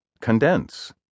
condense